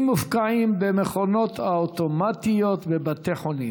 מופקעים במכונות האוטומטיות בבתי החולים,